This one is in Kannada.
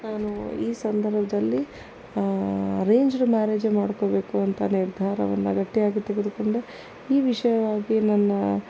ನಾನು ಈ ಸಂದರ್ಭದಲ್ಲಿ ಅರೇಂಜ್ಡ್ ಮ್ಯಾರೇಜೆ ಮಾಡಿಕೋಬೇಕು ಅಂತ ನಿರ್ಧಾರವನ್ನು ಗಟ್ಟಿಯಾಗಿ ತೆಗೆದುಕೊಂಡೆ ಈ ವಿಷಯವಾಗಿ ನನ್ನ